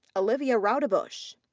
olivia roudebush.